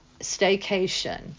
staycation